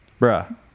Bruh